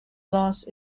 lost